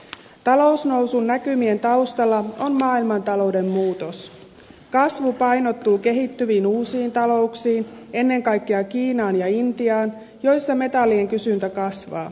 talousnousun näkymien taustalla on maailmantalouden muutos kasvu painottuu kehittyviin uusiin talouksiin ennen kaikkea kiinaan ja intiaan joissa metallien kysyntä kasvaa